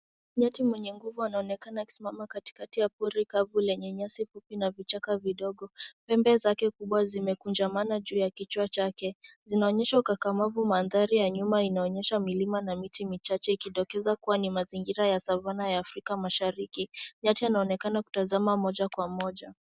Nyati mwenye nguvu anaonekana akisimama katikati ya pori kavu lenye nyasi fupi na vichaka vidogo. Pembe zake kubwa zimekunjamana juu ya kichwa chake. Zinaonyesha ukakamavu. Mandhari ya nyuma inaonyesha milima na miti michache ikidokeza kuwa ni mazingira ya savana ya Afrika mashariki. Nyati anaonekana kutazama moja kwa moja.